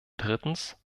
drittens